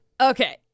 okay